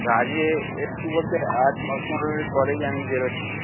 কাজে এসেছি বলতে আর দশ পনেরো মিনিট পরেই আমি বেরচ্ছি